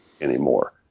anymore